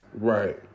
Right